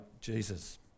Jesus